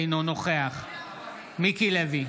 אינו נוכח מיקי לוי,